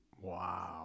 Wow